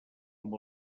amb